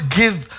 give